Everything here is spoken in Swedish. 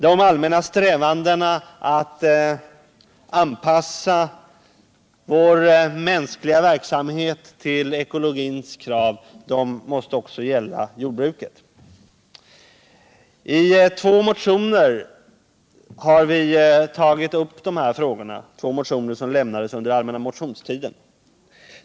De allmänna strävandena att anpassa vår mänskliga verksamhet till ekologins krav måste också gälla jordbruket. Dessa frågor har tagits upp i två motioner väckta under den allmänna motionstiden.